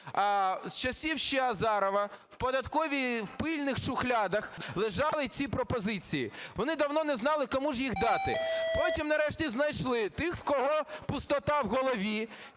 З часів ще Азарова в податковій в пильних шухлядах лежали ці пропозиції, вони давно не знали, кому ж їх дати. Потім нарешті знайшли тих, в кого пустота в голові,